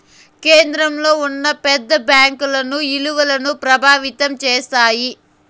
కేంద్రంలో ఉన్న పెద్ద బ్యాంకుల ఇలువను ప్రభావితం చేస్తాయి